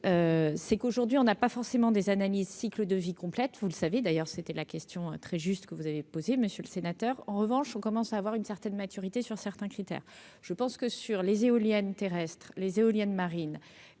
c'est qu'aujourd'hui on n'a pas forcément des analyses cycle de vie complète, vous le savez, d'ailleurs c'était la question très juste, que vous avez posé monsieur le sénateur, en revanche, on commence à avoir une certaine maturité sur certains critères, je pense que sur les éoliennes terrestres les éoliennes marines